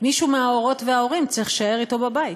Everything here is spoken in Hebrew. מישהו מההורות וההורים צריך להישאר אתו בבית.